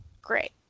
Great